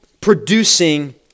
producing